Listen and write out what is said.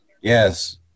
yes